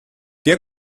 der